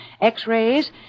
x-rays